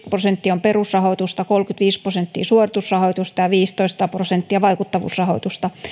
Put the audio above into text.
prosenttia on perusrahoitusta kolmekymmentäviisi prosenttia suoritusrahoitusta ja viisitoista prosenttia vaikuttavuusrahoitusta